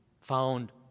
found